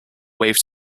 wave